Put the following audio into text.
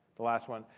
the last one.